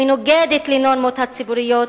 מנוגדת לנורמות הציבוריות,